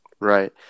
Right